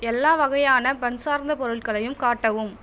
எல்லா வகையான பன் சார்ந்த பொருள்களையும் காட்டவும்